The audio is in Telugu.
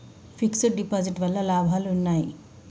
ఫిక్స్ డ్ డిపాజిట్ వల్ల లాభాలు ఉన్నాయి?